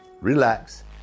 relax